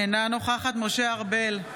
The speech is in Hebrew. אינה נוכחת משה ארבל,